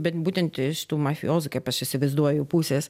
bet būtent iš tų mafijozų kaip aš įsivaizduoju pusės